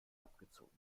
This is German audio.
abgezogen